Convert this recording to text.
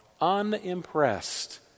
unimpressed